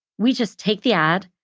we just take the ad,